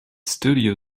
studio